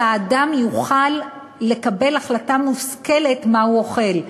שהאדם יוכל לקבל החלטה מושכלת מה הוא אוכל.